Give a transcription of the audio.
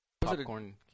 popcorn